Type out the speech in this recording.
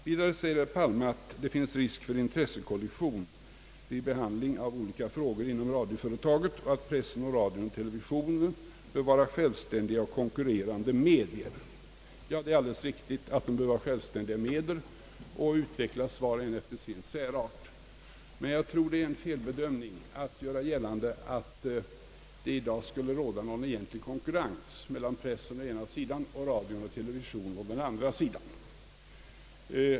Vidare säger herr Palme att det finns risk för en intressekollision vid behandlingen av olika frågor inom radioföretaget och att pressen, radion och televisionen bör vara självständiga och konkurrerande medier. Ja, det är alldeles riktigt att de bör vara självständiga medier och att de bör utvecklas var och en efter sin särart. Men jag tror att det är en felbedömning att göra gällande att det i dag skulle råda någon egentlig konkurrens mellan pressen å ena sidan och radio och television å den andra sidan.